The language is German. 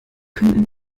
könnten